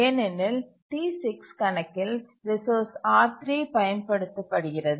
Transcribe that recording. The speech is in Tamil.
ஏனெனில் T6 கணக்கில் ரிசோர்ஸ் R3 பயன்படுத்த படுகிறது